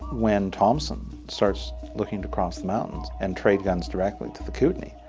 when thompson starts looking to cross the mountains and trade guns directly to the kootenai,